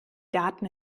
daten